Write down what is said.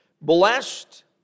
blessed